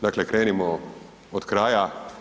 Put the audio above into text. Dakle, krenimo od kraja.